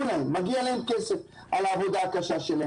אני חושבת שרק כך ניתן לפתוח בצורה שוב הדרגתית.